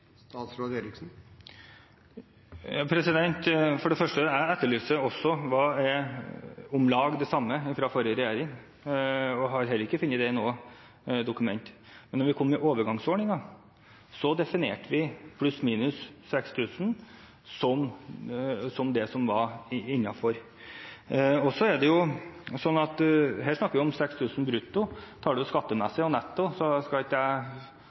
For det første: Jeg etterlyser også hva som er «om lag det samme» fra forrige regjering, og har heller ikke funnet det i noe dokument. Da vi kom med overgangsordninger, definerte vi pluss/minus 6 000 kr som det som var innenfor. Og så er det jo sånn at her snakker vi om 6 000 kr brutto. Tar man skattemessig og netto – jeg skal ikke begynne å regne på det veldig fort i hodet, men jeg